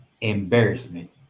embarrassment